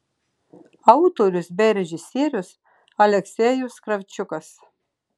autorius bei režisierius aleksejus kravčiukas